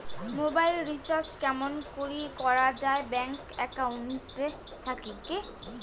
Mobile recharge কেমন করি করা যায় ব্যাংক একাউন্ট থাকি?